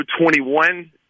21